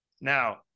Now